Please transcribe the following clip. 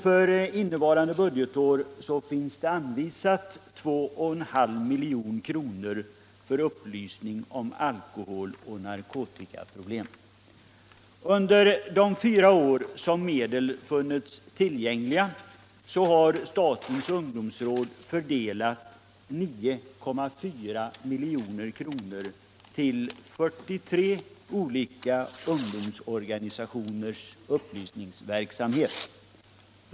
För innevarande budgetår har anvisats 2,5 milj.kr. för upplysning om alkoholoch narkotikaproblemen. Under de fyra år som medel funnits tillgängliga har statens ungdomsråd fördelat 9,4 milj.kr. till 43 olika organisationers upplysningsverksamhet.